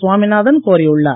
சுவாமிநாதன் கோரியுள்ளார்